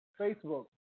Facebook